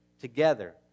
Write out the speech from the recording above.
together